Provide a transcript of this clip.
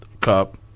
cup